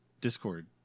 Discord